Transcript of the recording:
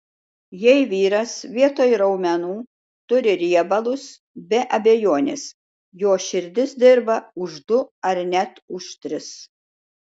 jei vyras vietoj raumenų turi riebalus be abejonės jo širdis dirba už du ar net už tris